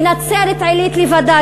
בנצרת-עילית לבדה,